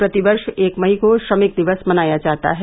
प्रति वर्ष एक मई को श्रमिक मनाया जाता है